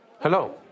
Hello